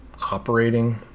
operating